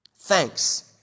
thanks